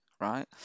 Right